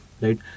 right